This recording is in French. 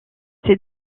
ces